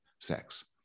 sex